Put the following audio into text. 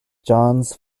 johns